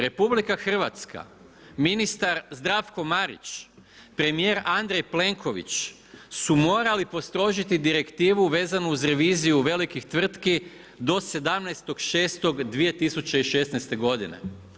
RH, ministar Zdravko Marić, premjer Andrej Plenković, su morali postrožiti direktivu vezanu uz reviziju velikih tvrtki do 17.6.2016. godine.